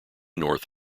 north